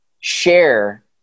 share